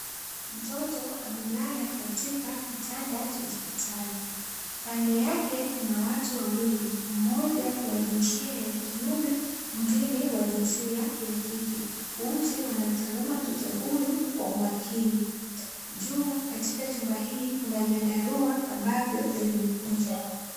Mtoto amelala katika kitanda cha hospitali. Kando yake kuna watu wawili, mmoja wa jinsia ya kiume mwingine wa jinsia ya kike. Wote wanamtazama mtoto huyu kwa umakini. Juu katika chumba hii kuna viandarua ambavyo vimekunjwa.